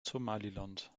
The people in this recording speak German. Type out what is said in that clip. somaliland